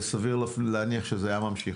וסביר להניח שזה היה ממשיך.